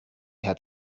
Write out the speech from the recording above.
had